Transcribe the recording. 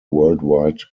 worldwide